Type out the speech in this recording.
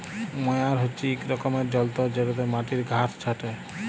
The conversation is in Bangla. ময়ার হছে ইক রকমের যল্তর যেটতে মাটির ঘাঁস ছাঁটে